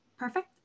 Perfect